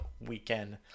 weekend